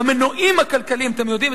במנועים הכלכליים" אתם יודעים,